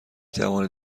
توانید